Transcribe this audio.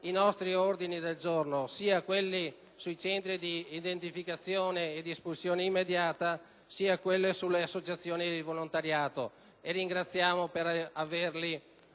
i nostri ordini del giorno, sia quelli sui centri di identificazione ed espulsione immediata sia quelli sulle associazioni di volontariato; ringraziamo per averli